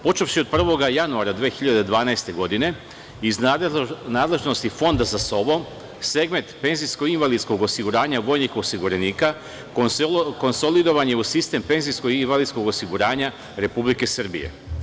Počevši od 1. januara 2012. godine, iz nadležnosti Fonda za SOVO segment penzijsko invalidskog osiguranja vojnih osiguranika konsolidovan je u sistem penzijsko invalidskog osiguranja Republike Srbije.